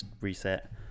reset